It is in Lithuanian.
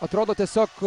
atrodo tiesiog